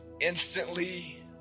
Instantly